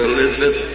Elizabeth